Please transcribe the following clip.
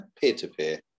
Peer-to-peer